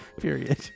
Period